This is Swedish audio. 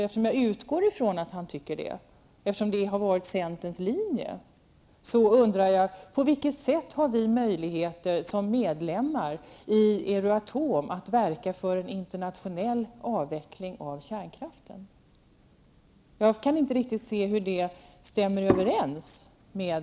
Eftersom jag utgår ifrån att han tycker det, eftersom det har varit centerns linje, så undrar jag: På vilket sätt har vi möjligheter som medlemmar i Euratom att verka för en internationell avveckling av kärnkraften? Jag kan inte riktigt se hur det stämmer överens med